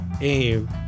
aim